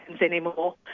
anymore